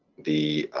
the